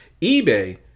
eBay